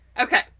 Okay